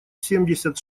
семьдесят